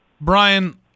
Brian